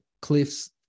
cliffs